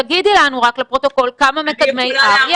תגידי לנו, לפרוטוקול, כמה מקדמי R יש?